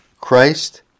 Christ